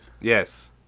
Yes